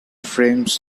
frames